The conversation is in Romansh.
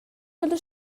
dalla